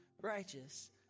righteous